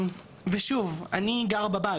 ושוב, אני גרה בבית.